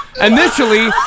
Initially